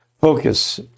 focus